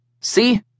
See